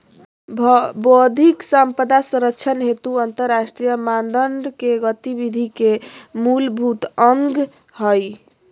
बौद्धिक संपदा संरक्षण हेतु अंतरराष्ट्रीय मानदंड के गतिविधि के मूलभूत अंग हइ